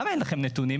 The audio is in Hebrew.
למה אין לכם נתונים?